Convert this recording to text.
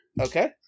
Okay